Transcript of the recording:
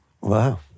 Wow